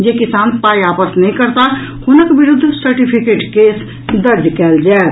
जे किसान पाई आपस नहि करताह हुनक विरूद्ध सर्टिफिकेट केस दर्ज कयल जायत